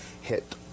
hit